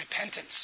repentance